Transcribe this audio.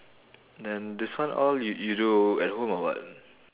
then this one all you you do at home or what